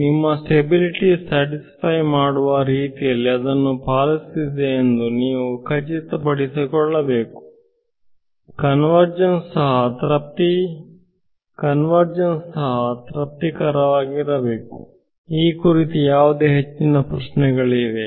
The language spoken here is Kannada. ನಿಮ್ಮ ಸ್ಟೆಬಿಲಿಟಿ ಸ್ಯಾಟಿಸ್ಫೈ ಮಾಡುವ ರೀತಿಯಲ್ಲಿ ಅದನ್ನು ಪಾಲಿಸುತ್ತಿದೆ ಎಂದು ನೀವು ಖಚಿತಪಡಿಸಿಕೊಳ್ಳಬೇಕು ಕನ್ವರ್ಜನ್ಸ್ ಸಹ ತೃಪ್ತಿ ಕೊಳ್ಳಬೇಕು ಈ ಕುರಿತು ಯಾವುದೇ ಹೆಚ್ಚಿನ ಪ್ರಶ್ನೆಗಳಿವೆಯೇ